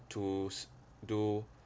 to do